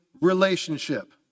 relationship